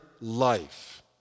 life